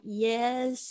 Yes